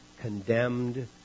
condemned